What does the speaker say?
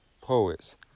Poets